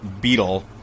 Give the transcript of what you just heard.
Beetle